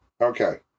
Okay